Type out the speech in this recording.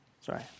sorry